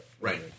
Right